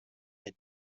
that